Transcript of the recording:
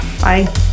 Bye